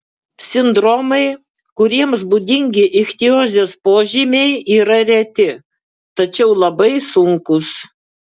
sindromai kuriems būdingi ichtiozės požymiai yra reti tačiau labai sunkūs